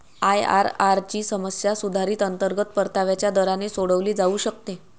IRR ची समस्या सुधारित अंतर्गत परताव्याच्या दराने सोडवली जाऊ शकते